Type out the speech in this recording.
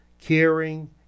caring